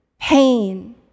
pain